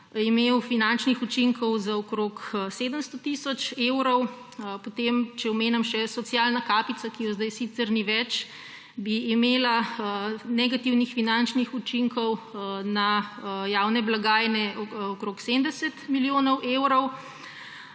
imel finančnih učinkov za okrog 700 tisoč evrov, potem če še omenim socialno kapico, ki je zdaj sicer ni več, ki bi imela negativnih finančnih učinkov na javne blagajne okrog 70 milijonov evrov.